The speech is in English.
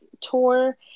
tour